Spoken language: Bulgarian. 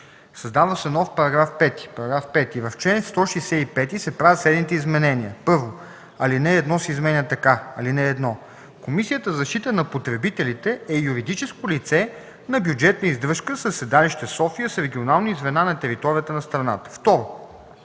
„Създава се нов § 5: „§ 5. В чл. 165 се правят следните изменения: 1. Алинея 1 се изменя така: (1) Комисията за защита на потребителите е юридическо лице на бюджетна издръжка със седалище София с регионални звена на територията на страната. 2.